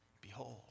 behold